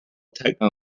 techno